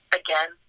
again